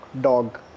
dog